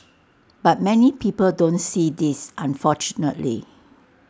but many people don't see this unfortunately